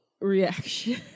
reaction